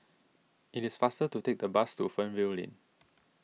it is faster to take the bus to Fernvale Lane